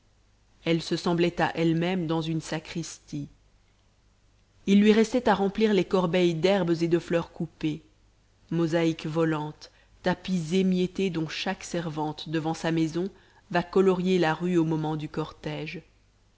elle se semblait à elle-même dans une sacristie il lui restait à remplir les corbeilles d'herbes et de fleurs coupées mosaïque volante tapis émietté dont chaque servante devant sa maison va colorier la rue au moment du cortège